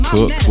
Cook